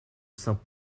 saint